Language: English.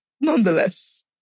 Nonetheless